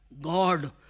God